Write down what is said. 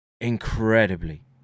incredibly